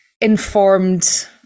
informed